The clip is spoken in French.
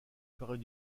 ferait